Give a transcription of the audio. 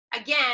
again